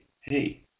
hey